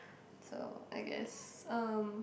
so I guess um